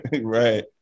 Right